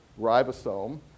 ribosome